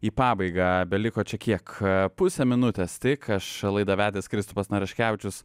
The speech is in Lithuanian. į pabaigą beliko čia kiek pusė minutės tik aš laidą vedęs kristupas naraškevičius